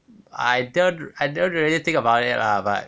I don't I don't really think about it lah but